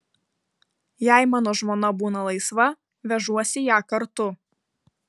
jei mano žmona būna laisva vežuosi ją kartu